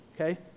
okay